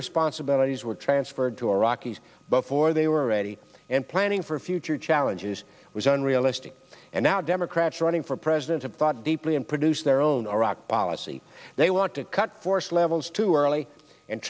responsibilities were transferred to iraqis before they were ready and planning for future challenges was unrealistic and now democrats running for president have thought deeply and produce their own iraq policy they want to cut force levels too early and